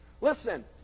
Listen